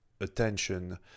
attention